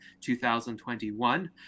2021